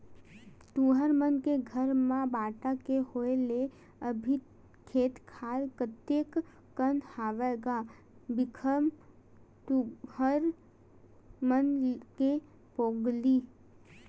तुँहर मन के घर म बांटा के होय ले अभी खेत खार कतिक कन हवय गा भीखम तुँहर मन के पोगरी?